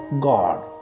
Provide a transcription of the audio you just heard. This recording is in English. God